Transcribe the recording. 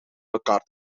elkaar